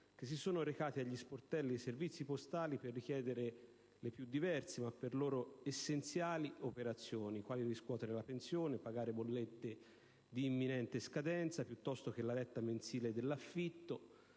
che si sono recati agli sportelli dei servizi postali per richiedere le più diverse ma per loro essenziali operazioni, come riscuotere la pensione, pagare bollette di imminente scadenza piuttosto che la retta mensile dell'affitto,